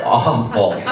awful